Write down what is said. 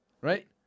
Right